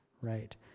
right